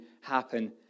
happen